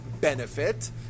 benefit